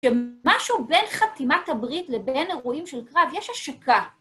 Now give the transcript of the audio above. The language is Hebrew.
שמשהו בין חתימת הברית לבין אירועים של קרב יש השקה.